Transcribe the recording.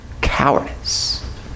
cowardice